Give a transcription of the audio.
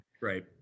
Right